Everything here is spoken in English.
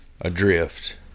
adrift